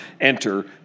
enter